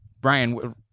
Brian